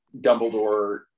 Dumbledore